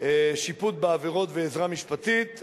שיפוט בעבירות ועזרה משפטית),